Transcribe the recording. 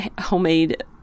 homemade